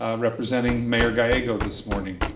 ah representing mayor gallego this morning.